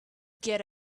get